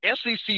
SEC